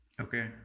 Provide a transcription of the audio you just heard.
Okay